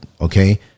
Okay